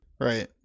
right